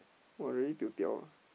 !wah! really tio diao ah